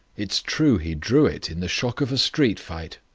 it's true he drew it in the shock of a street fight.